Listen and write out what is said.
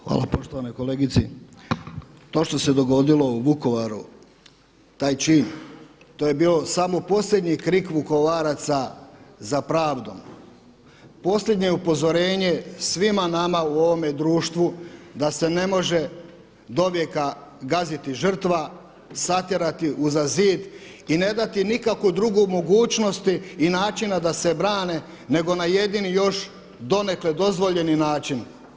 Hvala poštovanoj kolegici, to što se dogodilo u Vukovaru, taj čin, to je bio samo posljednji krik Vukovaraca za pravdom, posljednje upozorenje svima nama u ovome društvu da se ne može dovijeka gaziti žrtva satjerati uza zid i ne dati nikakvu drugu mogućnost i načina da se brane nego na jedini još donekle dozvoljeni način.